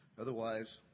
Otherwise